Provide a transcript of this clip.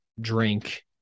drink –